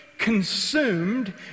consumed